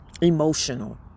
emotional